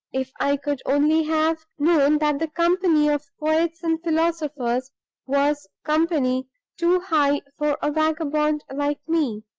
if i could only have known that the company of poets and philosophers was company too high for a vagabond like me!